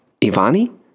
Ivani